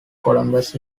columbus